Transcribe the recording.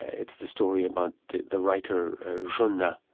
it's the story about the the writer and